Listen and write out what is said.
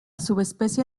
subespecie